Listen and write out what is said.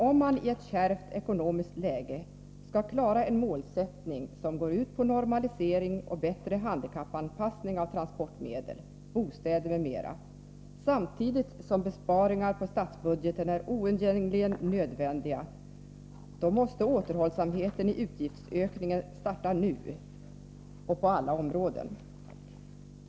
Om man i ett kärvt ekonomiskt läge skall klara en målsättning som går ut på normalisering och bättre handikappanpassning av transportmedel, bostäder m.m. samtidigt som besparingar på statsbudgeten är oundgängligen nödvändiga, måste återhållsamheten i utgiftsökningen starta nu och på alla områden.